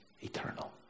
eternal